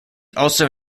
also